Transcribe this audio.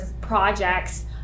projects